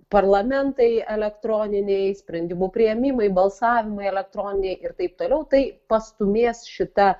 parlamentai elektroniniai sprendimų priėmimai balsavimai elektroniniai ir taip toliau tai pastūmės šita